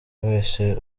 wese